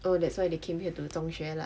oh that's why they came here 读中学 lah